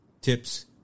Tips